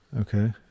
Okay